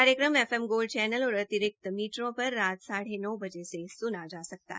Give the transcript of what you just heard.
यह कार्यकम F M gold channel और अतिरिक्त मीटरों पर रात साढे नौ बजे से सुना जा सकता है